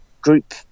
group –